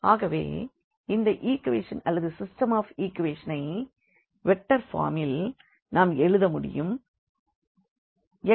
ஆகவே இந்த ஈக்வேஷன் அல்லது சிஸ்டம் ஆஃப் ஈக்வெஷனை வெக்டர் ஃபார்மில் நாம் மறுபடியும் எழுத இயலும்